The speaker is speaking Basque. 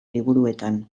liburuetan